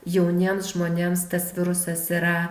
jauniems žmonėms tas virusas yra